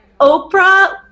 Oprah